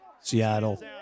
Seattle